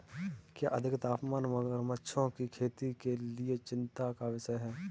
क्या अधिक तापमान मगरमच्छों की खेती के लिए चिंता का विषय है?